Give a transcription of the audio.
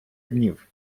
днів